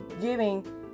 giving